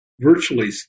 virtually